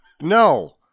No